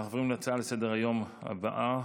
אנחנו עוברים להצעות לסדר-היום הבאות,